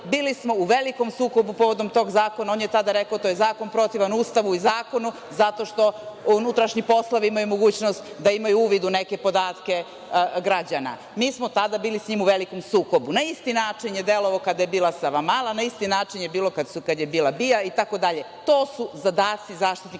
bili smo u velikom sukobu povodom tog zakona, tada je rekao da je zakon protivan Ustavu i zakonu zato unutrašnji poslovi imaju mogućnost da imaju uvid u neke podatke građana. Mi smo tada bili sa njim u velikom sukobu. Na isti način je delovao kada je bila Savamala, na isti način je bilo kad je bila BIA itd. To su zadaci Zaštitnika građana.